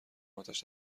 آتش